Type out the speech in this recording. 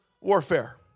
warfare